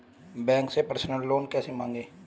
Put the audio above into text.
Bank से personal loan कैसे मांगें?